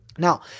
Now